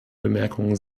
bemerkungen